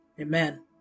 Amen